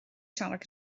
siarad